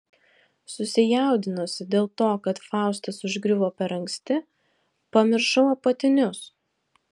susijaudinusi dėl to kad faustas užgriuvo per anksti pamiršau apatinius